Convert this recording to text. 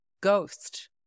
Ghost